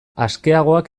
askeagoak